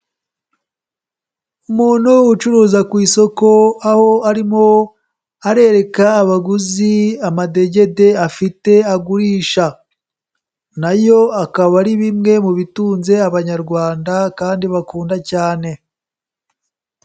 Umuntu ucuruza ku isoko aho arimo arereka abaguzi amadegede afite agurisha. Na yo akaba ari bimwe mu bitunze Abanyarwanda kandi bakunda cyane.